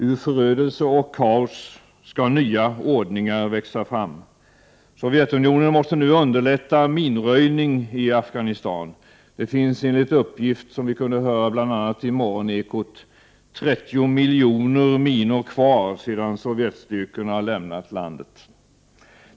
Ur förödelse och kaos skall nya ordningar växa fram. Sovjetunionen måste nu underlätta minröjning i Afghanistan. I bl.a. Morgonekot kunde vi höra en uppgift om att det finns 30 miljoner minor kvar efter det att sovjetstyrkorna har lämnat landet.